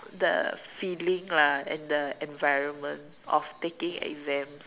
the feeling lah and the environment of taking exams